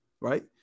right